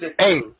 hey